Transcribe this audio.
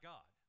God